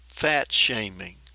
fat-shaming